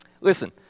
Listen